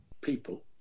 people